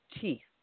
teeth